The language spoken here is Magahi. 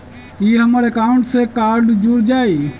ई हमर अकाउंट से कार्ड जुर जाई?